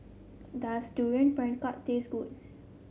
does Durian Pengat taste good